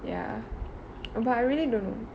ya but I really don't know